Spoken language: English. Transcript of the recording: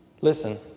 Listen